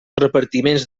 repartiments